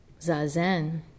Zazen